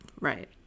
Right